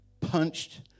punched